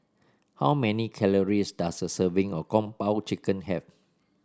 how many calories does a serving of Kung Po Chicken have